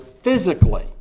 physically